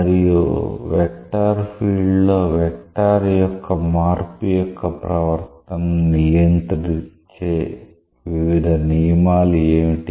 మరియు vector field లో vector యొక్క మార్పు యొక్క ప్రవర్తనను నియంత్రించే వివిధ నియమాలు ఏమిటి